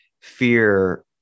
fear